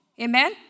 Amen